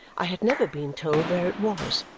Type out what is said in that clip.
i had never been told where it was.